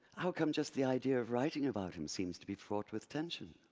how come just the idea of writing about him seems to be fraught with tension?